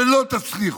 ולא תצליחו.